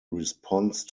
response